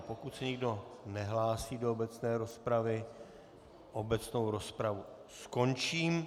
Pokud se nikdo nehlásí do obecné rozpravy, obecnou rozpravu skončím.